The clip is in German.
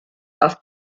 auf